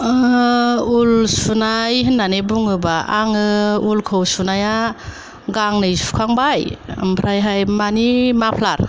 उल सुनाय होननानै बुङोबा आङो उलखौ सुनाया गांनै सुखांबाय ओमफ्रायहाय मानि माफ्लार